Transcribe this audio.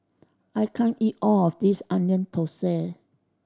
I can't eat all of this Onion Thosai